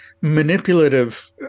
manipulative